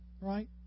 Right